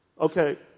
Okay